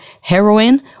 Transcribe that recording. heroin